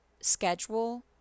schedule